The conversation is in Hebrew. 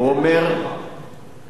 אלה העובדות.